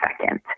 second